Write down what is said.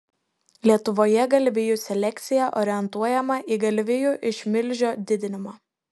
lietuvoje galvijų selekcija orientuojama į galvijų išmilžio didinimą